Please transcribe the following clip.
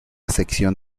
sección